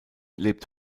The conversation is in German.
lebt